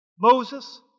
Moses